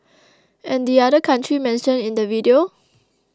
and the other country mentioned in the video